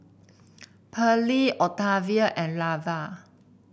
Pearley Octavia and Lavar